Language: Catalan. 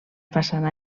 façana